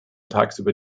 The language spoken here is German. tagsüber